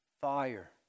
fire